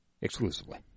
Exclusively